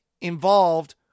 involved